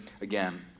again